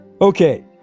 okay